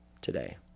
today